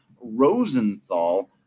Rosenthal